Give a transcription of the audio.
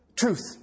Truth